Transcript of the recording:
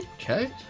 Okay